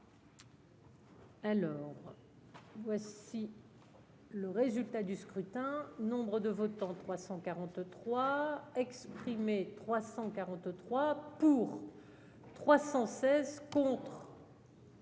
clos. Voici. Le résultat du scrutin. Nombre de votants 343 exprimés, 343 pour, 316 contre.